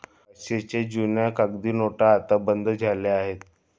पाचशेच्या जुन्या कागदी नोटा आता बंद झाल्या आहेत